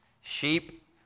sheep